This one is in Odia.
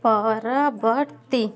ପରବର୍ତ୍ତୀ